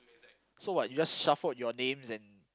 so what you just shuffled your names and